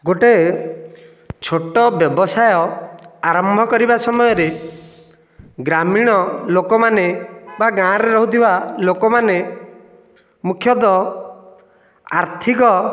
ଗୋଟିଏ ଛୋଟ ବ୍ୟବସାୟ ଆରମ୍ଭ କରିବା ସମୟରେ ଗ୍ରାମୀଣ ଲୋକମାନେ ବା ଗାଁ'ରେ ରହୁଥିବା ଲୋକମାନେ ମୁଖ୍ୟତଃ ଆର୍ଥିକ